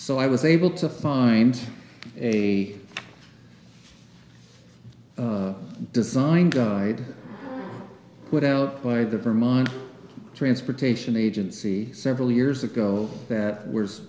so i was able to find a design guide put out by the vermont transportation agency several years ago that w